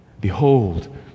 Behold